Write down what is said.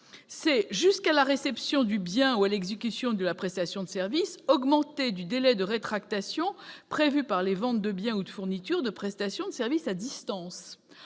court jusqu'à la réception du bien ou l'exécution de la prestation de service, augmentée du délai de rétractation prévu pour les ventes de biens ou de fourniture de prestations de services à distance.